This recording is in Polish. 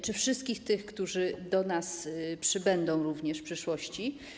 Czy wszystkich tych, którzy do nas przybędą również w przyszłości?